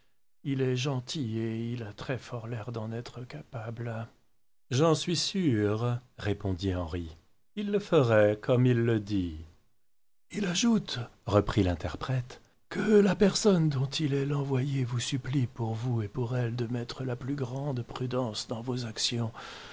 il est gentil et il a très-fort l'air d'en être capable j'en suis sûr répondit henri il le ferait comme il le dit il ajoute reprit l'interprète que la personne dont il est l'envoyé vous supplie pour vous et pour elle de mettre la plus grande prudence dans vos actions